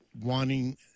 wanting